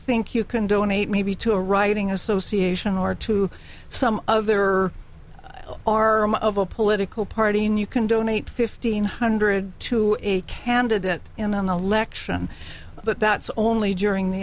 think you can donate maybe to a writing association or to some other or of a political party and you can donate fifteen hundred to a candidate in the election but that's only during the